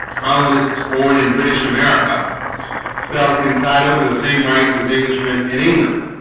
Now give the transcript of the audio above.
colonists born in british america felt entitled to the same rights as englishmen in england